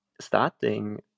starting